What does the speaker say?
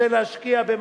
הוא רוצה להשקיע במשהו,